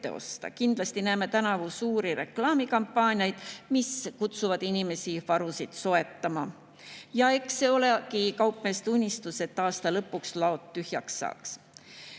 Kindlasti näeme tänavu suuri reklaamikampaaniaid, mis kutsuvad inimesi varusid soetama. Ja eks see olegi kaupmeeste unistus, et aasta lõpuks laod tühjaks saaks.